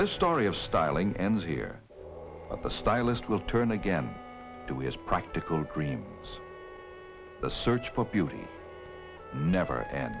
the story of styling ends here but the stylist will turn again to his practical dream the search for beauty never an